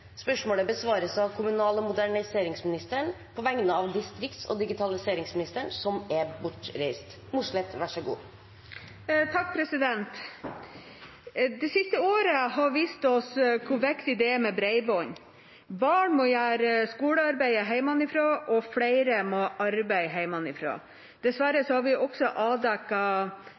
besvares av kommunal- og moderniseringsministeren på vegne av distrikts- og digitaliseringsministeren, som er bortreist. «Det siste året har vist oss hvor viktig det er med bredbånd. Barn må gjøre skolearbeid hjemmefra, og flere må jobbe hjemmefra. Dessverre har vi også